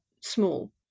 small